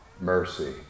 mercy